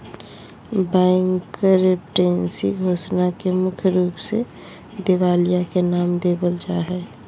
bankruptcy घोषणा के ही मुख्य रूप से दिवालिया के नाम देवल जा हय